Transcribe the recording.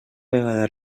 vegada